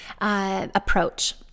approach